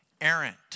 errant